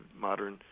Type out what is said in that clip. modern